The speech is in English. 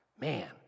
Man